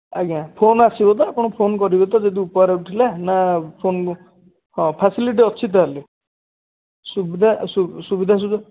ଆଜ୍ଞା ଫୋନ୍ ଆସିବ ତ ଆପଣ ଫୋନ୍ କରିବେ ତ ଯଦି ଉପହାର ଉଠିଲେ ନା ଫୋନ୍ ହଁ ଫେସିଲିଟି ଅଛି ତା'ହେଲେ ସୁବିଧା ସୁବିଧା ସୁଯୋଗ